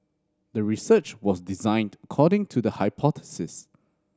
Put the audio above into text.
the research was designed according to the hypothesis